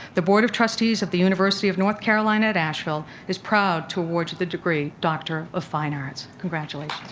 the board of trustees of the university of north carolina at asheville is proud to award you the degree doctor of fine arts. congratulations.